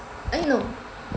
eh no